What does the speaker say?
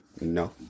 No